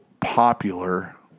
popular